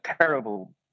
terrible